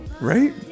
Right